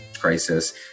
crisis